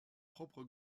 propre